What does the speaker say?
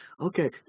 Okay